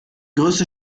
größte